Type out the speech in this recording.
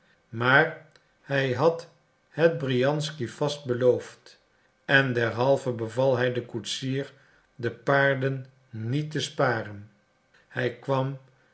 maar hij had het briansky vast beloofd en derhalve beval hij den koetsier de paarden niet te sparen hij kwam